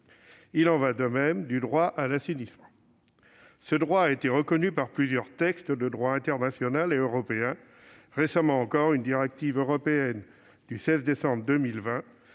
Il en va de même du droit à l'assainissement. Ce droit a été reconnu par plusieurs textes de droit international et européen. Récemment encore, une directive européenne du 16 décembre 2020